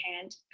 hand